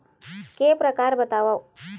के प्रकार बतावव?